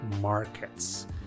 markets